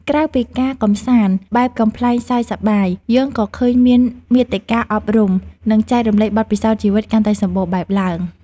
ក្រៅពីការកម្សាន្តបែបកំប្លែងសើចសប្បាយ យើងក៏ឃើញមានមាតិកាអប់រំ និងចែករំលែកបទពិសោធន៍ជីវិតកាន់តែសម្បូរបែបឡើង។